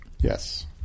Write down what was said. Yes